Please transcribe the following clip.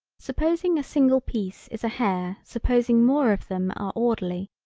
supposing a single piece is a hair supposing more of them are orderly,